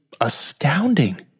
astounding